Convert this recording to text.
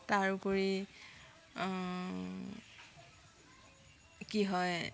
তাৰোপৰি কি হয়